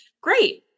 Great